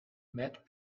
met